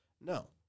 No